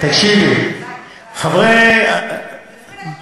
בוועדת כספים,